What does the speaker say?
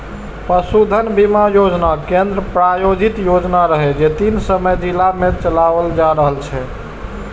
पशुधन बीमा योजना केंद्र प्रायोजित योजना रहै, जे तीन सय जिला मे चलाओल जा रहल छै